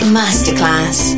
masterclass